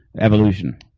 Evolution